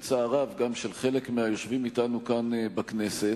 בצער רב: גם של חלק מהיושבים אתנו כאן בכנסת,